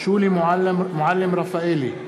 שולי מועלם-רפאלי,